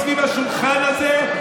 סביב השולחן הזה,